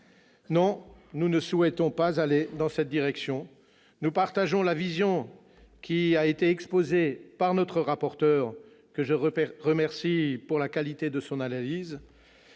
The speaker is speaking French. Nous ne souhaitons pas aller dans cette direction. Nous partageons la vision exposée par notre rapporteur, que je remercie pour la qualité de son analyse.